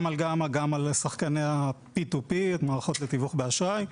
גם על גמא וגם על שחקני ה-P2P מערכות לתיווך באשראי,